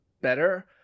better